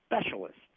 specialists